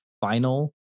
final